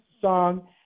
song